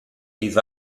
give